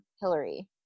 Hillary